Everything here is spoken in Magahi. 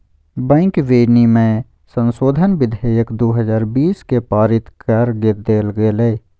बैंक विनियमन संशोधन विधेयक दू हजार बीस के पारित कर देल गेलय